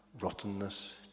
rottenness